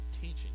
teaching